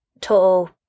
total